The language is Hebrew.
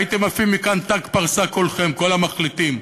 הייתם עפים מכאן ת"ק פרסה כולכם, כל המחליטים,